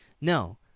no